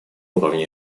уровне